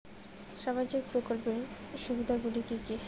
সামাজিক প্রকল্পের সুবিধাগুলি কি কি?